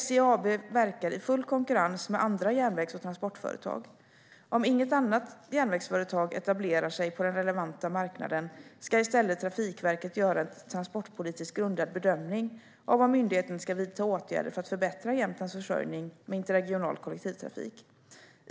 SJ AB verkar i full konkurrens med andra järnvägs och transportföretag. Om inget annat järnvägsföretag etablerar sig på den relevanta marknaden ska i stället Trafikverket göra en transportpolitiskt grundad bedömning av om myndigheten ska vidta åtgärder för att förbättra Jämtlands försörjning med interregional kollektivtrafik.